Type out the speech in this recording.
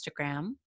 Instagram